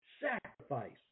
sacrifice